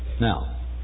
Now